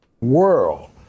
world